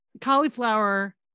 cauliflower